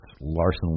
Larson